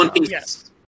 Yes